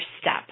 step